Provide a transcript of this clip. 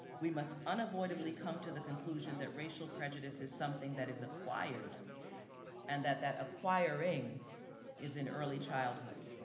we must unavoidably come to the conclusion that racial prejudice is something that is acquired and that that acquiring is in early childhood.